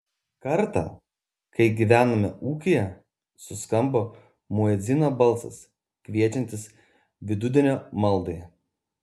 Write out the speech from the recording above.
kartą kai gyvenome ūkyje suskambo muedzino balsas kviečiantis vidudienio maldai